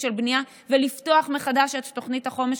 של בנייה ולפתוח מחדש את תוכנית החומש,